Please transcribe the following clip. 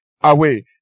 away